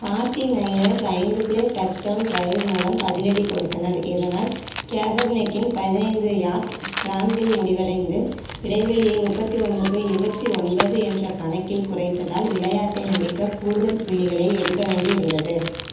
forty Niners ஐந்து play touchdown drive மூலம் பதிலடி கொடுத்தனர் இதனால் கேபெர்னிக்கின் பதினைந்து யார்ட் ஸ்க்ராம்பிள் முடிவடைந்து இடைவெளியை முப்பத்தி ஒன்றுக்கு இருபத்தி ஒன்பது என்ற கணக்கில் குறைத்ததால் விளையாட்டை முடிக்க கூடுதல் புள்ளிகளை எடுக்க வேண்டி இருந்தது